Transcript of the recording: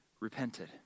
repented